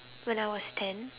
when I was ten